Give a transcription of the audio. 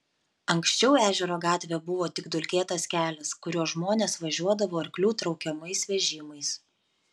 anksčiau ežero gatvė buvo tik dulkėtas kelias kuriuo žmonės važiuodavo arklių traukiamais vežimais